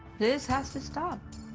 this has to stop.